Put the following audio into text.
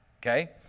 Okay